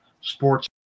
sports